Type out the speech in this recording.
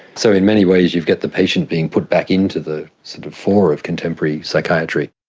so in many ways you get the patient being put back into the sort of fora of contemporary psychiatry.